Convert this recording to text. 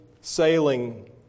sailing